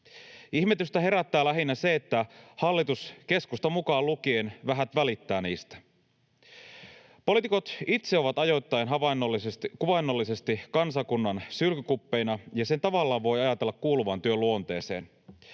Ihmetystä herättää lähinnä se, että hallitus, keskusta mukaan lukien, vähät välittää niistä. Poliitikot itse ovat ajoittain kuvainnollisesti kansakunnan sylkykuppeina, ja sen tavallaan voi ajatella kuuluvan työn luonteeseen.